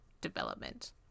development